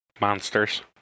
Monsters